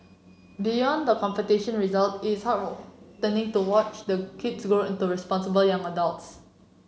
beyond the competition result is to watch the kids grow into responsible young adults